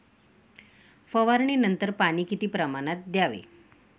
फवारणीनंतर पाणी किती प्रमाणात द्यावे?